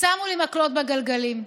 שמו לי מקלות בגלגלים,